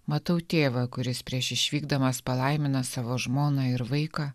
matau tėvą kuris prieš išvykdamas palaimina savo žmoną ir vaiką